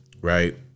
Right